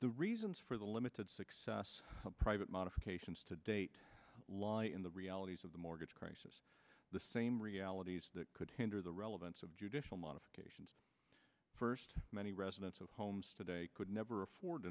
the reasons for the limited success private modifications to date lie in the realities of the mortgage crisis the same realities that could hinder the relevance of judicial modifications first many residents of homes today could never afford